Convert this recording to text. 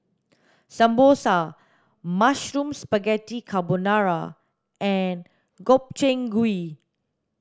Samosa Mushroom Spaghetti Carbonara and Gobchang gui